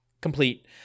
complete